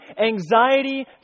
anxiety